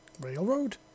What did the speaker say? Railroad